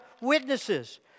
witnesses